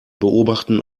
beobachten